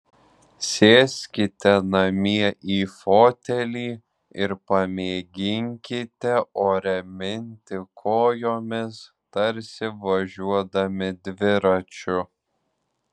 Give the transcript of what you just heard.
sėskite namie į fotelį ir pamėginkite ore minti kojomis tarsi važiuodami dviračiu